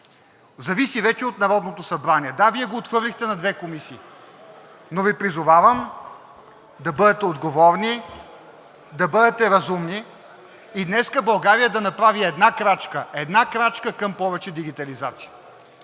зависи вече от Народното събрание. Да, Вие го отхвърлихте на две комисии, но Ви призовавам да бъдете отговорни, да бъдете разумни и днес България да направи една крачка, една крачка към повече дигитализация.